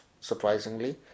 surprisingly